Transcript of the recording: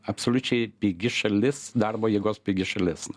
absoliučiai pigi šalis darbo jėgos pigi šalis